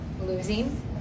losing